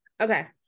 okay